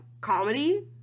comedy